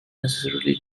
necessarily